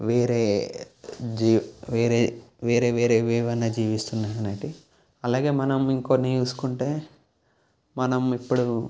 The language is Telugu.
వేరే జీ వేరే వేరే వేరే ఏవన్నా జీవిస్తున్నారనంటే అలాగే మనం ఇంకొన్ని చూసుకుంటే మనం ఇప్పుడు